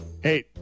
Hey